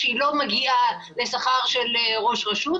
שהיא לא מגיעה לשכר של ראש רשות.